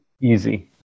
Easy